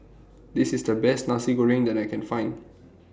This IS The Best Nasi Goreng that I Can Find